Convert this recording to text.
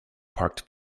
parked